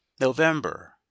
November